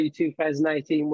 2018